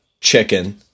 chicken